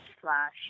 slash